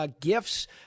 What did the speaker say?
gifts